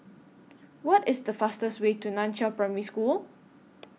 What IS The fastest Way to NAN Chiau Primary School